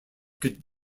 could